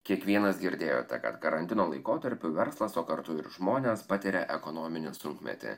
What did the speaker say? kiekvienas girdėjote kad karantino laikotarpiu verslas o kartu ir žmonės patiria ekonominį sunkmetį